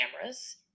cameras